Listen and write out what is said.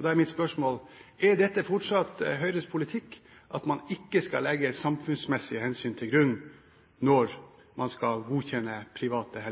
Da er mitt spørsmål: Er det fortsatt Høyres politikk at man ikke skal legge samfunnsmessige hensyn til grunn når man skal godkjenne private